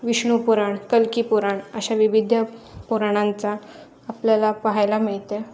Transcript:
विष्णुपुराण कल्किपुराण अशा विविध पुराणांचा आपल्याला पाहायला मिळते